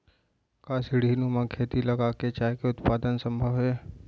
का सीढ़ीनुमा खेती लगा के चाय के उत्पादन सम्भव हे?